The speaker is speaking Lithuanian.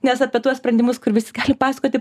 nes apie tuos sprendimus kur visi gali pasakoti